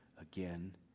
again